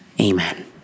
amen